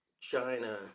China